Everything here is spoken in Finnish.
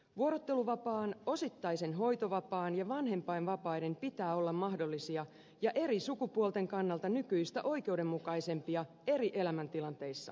vuorotteluvapaan osittaisen hoitovapaan ja vanhempainvapaiden pitää olla mahdollisia ja eri sukupuolten kannalta nykyistä oikeudenmukaisempia eri elämäntilanteissa